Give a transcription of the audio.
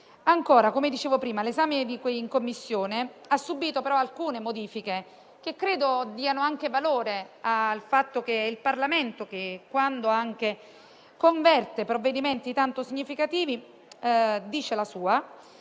corpo. Come dicevo poc'anzi, l'esame in Commissione ha subito alcune modifiche, che credo diano anche valore al fatto che il Parlamento, quando converte decreti-legge tanto significativi, dice la sua,